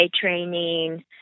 training